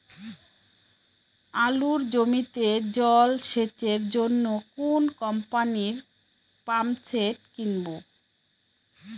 আলুর জমিতে জল সেচের জন্য কোন কোম্পানির পাম্পসেট কিনব?